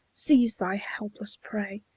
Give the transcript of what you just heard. seize thy helpless prey!